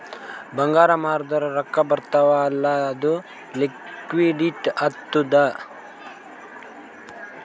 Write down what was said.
ಬಂಗಾರ್ ಮಾರ್ದುರ್ ರೊಕ್ಕಾ ಬರ್ತಾವ್ ಅಲ್ಲ ಅದು ಲಿಕ್ವಿಡಿಟಿ ಆತ್ತುದ್